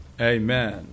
Amen